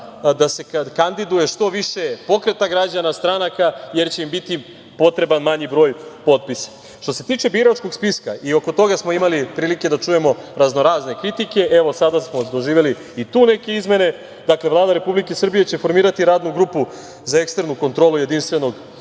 da se kandiduje što više pokreta građana, stranaka, jer će im biti potreban manji broj potpisa. Što se tiče biračkog spiska, i oko toga smo imali prilike da čujemo razno razne kritike. Evo sada smo doživeli i tu neke izmene. Vlada Republike Srbije će formirati radnu grupu za eksternu kontrolu jedinstvenog